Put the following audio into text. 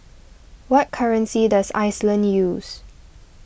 what currency does Iceland use